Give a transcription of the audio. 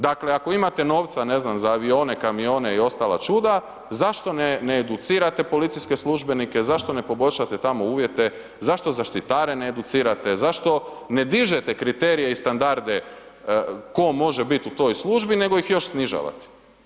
Dakle ako imate novca, ne znam, za avione, kamione i ostala čuda, zašto ne educirate policijske službenike, zato ne poboljšate tamo uvjete, zašto zaštitare ne educirate, zašto ne dižete kriterije i standarde ko može bit u toj službi nego ih još snižavate?